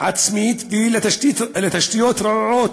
עצמית ולתשתיות רעועות,